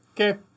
Okay